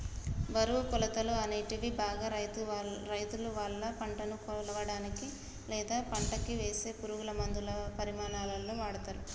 బరువు, కొలతలు, అనేటివి బాగా రైతులువాళ్ళ పంటను కొలవనీకి, లేదా పంటకివేసే పురుగులమందుల పరిమాణాలలో వాడతరు